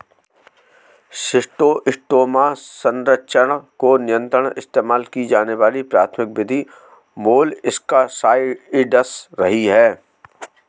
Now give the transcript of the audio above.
schistosoma संचरण को नियंत्रित इस्तेमाल की जाने वाली प्राथमिक विधि मोलस्कसाइड्स रही है